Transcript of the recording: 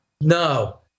No